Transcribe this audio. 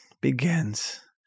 begins